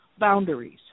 boundaries